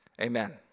Amen